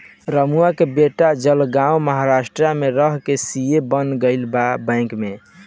रमुआ के बेटा जलगांव महाराष्ट्र में रह के सी.ए बन गईल बा बैंक में